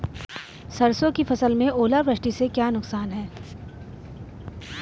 सरसों की फसल में ओलावृष्टि से क्या नुकसान है?